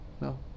no